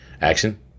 Action